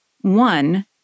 One